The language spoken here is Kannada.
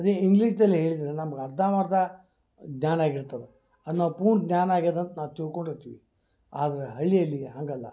ಅದೇ ಇಂಗ್ಲೀಷಿನಲ್ಲಿ ಹೇಳಿದ್ರೆ ನಮ್ಗೆ ಅರ್ಧಂಬರ್ಧ ಧ್ಯಾನ ಆಗಿರ್ತದೆ ಅನ್ನೋ ಪೂರ್ಣ ಜ್ಞಾನ ಆಗ್ಯದ ಅಂತ ನಾನು ತಿಳ್ಕೊಂಡಿರ್ತೀವಿ ಆದ್ರೆ ಹಳ್ಳಿಯಲ್ಲಿ ಹಾಗಲ್ಲ